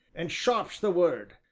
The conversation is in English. and sharp's the word.